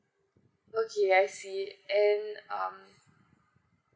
okay I see it and um